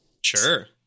Sure